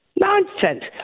Nonsense